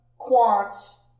quants